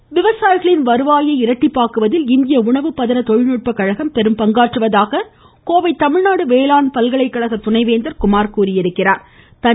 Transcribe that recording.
பட்டமவிப்பு விவசாயிகளின் வருவாயை இரட்டிப்பாக்குவதில் இந்திய உணவு பகன தொழில்நுட்பக் கழகம் பெரும் பங்காற்றுவதாக கோவை தமிழ்நாடு வேளாண் பல்கலைகழக துணைவேந்தர் குமார் தெரிவித்திருக்கிறார்